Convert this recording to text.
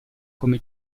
come